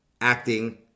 acting